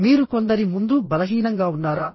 మీరు కొందరి ముందు బలహీనంగా ఉన్నారా